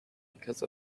because